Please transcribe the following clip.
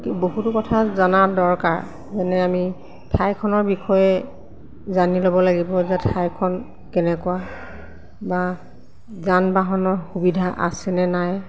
কি বহুতো কথা জনা দৰকাৰ যেনে আমি ঠাইখনৰ বিষয়ে জানি ল'ব লাগিব যে ঠাইখন কেনেকুৱা বা যান বাহনৰ সুবিধা আছেনে নাই